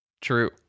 True